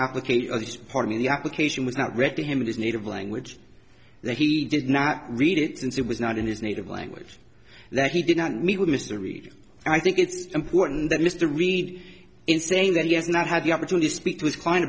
application of this part of the application without reading him in his native language that he did not read it since it was not in his native language that he did not meet with mr reed i think it's important that mr reid in saying that he has not had the opportunity to speak to his client